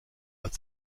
als